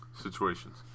situations